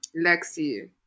Lexi